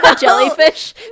jellyfish